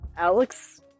Alex